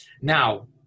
Now